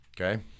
okay